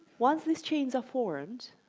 once these chains are formed,